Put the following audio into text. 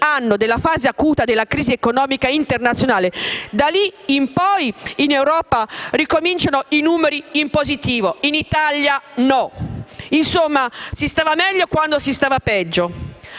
anno della fase acuta della crisi economica internazionale: da lì in poi in Europa ricominciano i numeri positivi, in Italia no. Insomma si stava meglio quando si stava peggio.